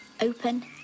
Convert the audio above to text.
open